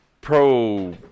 pro